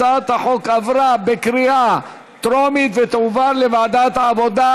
הצעת החוק עברה בקריאה טרומית ותועבר לוועדת העבודה,